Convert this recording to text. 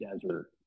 desert